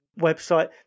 website